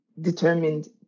determined